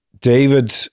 David